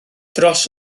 dros